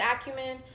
acumen